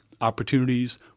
opportunities